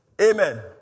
Amen